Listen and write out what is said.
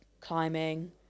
climbing